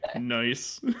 nice